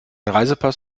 reisepass